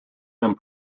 them